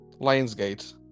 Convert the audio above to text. Lionsgate